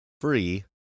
free